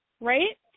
right